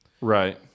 Right